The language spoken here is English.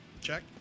Check